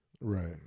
Right